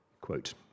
Quote